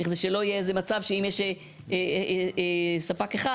בכדי שלא יהיה איזה מצב שאם יש ספק אחד